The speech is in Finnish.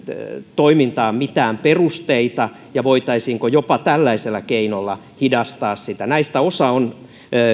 toimintaan mitään perusteita ja voitaisiinko jopa tällaisella keinolla hidastaa sitä näistä osa on